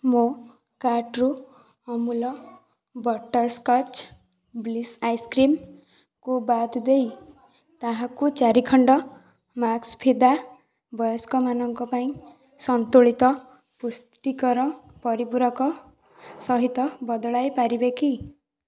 ମୋ କାର୍ଟ୍ରୁ Amul butterscotch bliss ice cream କୁ ବାଦ ଦେଇ ତାହାକୁ ଚାରି ଖଣ୍ଡ ମ୍ୟାକ୍ସଭିଦା ବୟସ୍କମାନଙ୍କ ପାଇଁ ସନ୍ତୁଳିତ ପୁଷ୍ଟିକର ପରିପୂରକ ସହିତ ବଦଳାଇ ପାରିବେ କି